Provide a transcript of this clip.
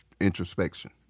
introspection